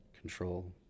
control